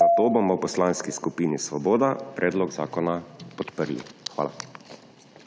zato bomo v Poslanski skupini Svoboda predlog zakona podprli. Hvala.